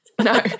No